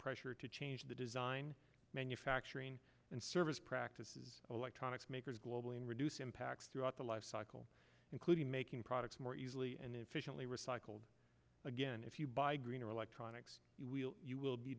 pressure to change the design manufacturing and service practices electronics makers globally and reduce impacts throughout the lifecycle including making products more easily and efficiently recycled again if you buy green or electronics we'll you will be